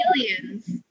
aliens